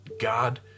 God